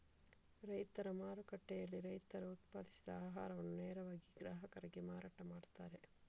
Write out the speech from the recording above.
ರೈತರ ಮಾರುಕಟ್ಟೆಯಲ್ಲಿ ರೈತರು ಉತ್ಪಾದಿಸಿದ ಆಹಾರವನ್ನ ನೇರವಾಗಿ ಗ್ರಾಹಕರಿಗೆ ಮಾರಾಟ ಮಾಡ್ತಾರೆ